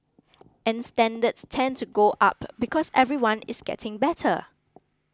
and standards tend to go up because everyone is getting better